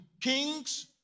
kings